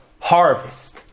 harvest